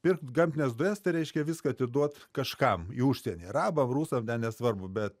pirkt gamtines dujas tai reiškia viską atiduot kažkam į užsienį arabam rusam nesvarbu bet